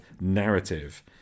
narrative